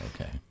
okay